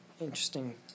interesting